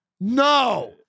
No